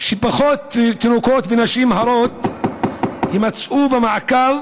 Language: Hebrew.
שפחות תינוקות ונשים הרות יימצאו במעקב